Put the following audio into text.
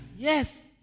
Yes